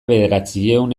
bederatziehun